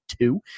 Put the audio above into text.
two